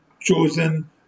chosen